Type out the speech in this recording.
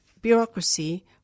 bureaucracy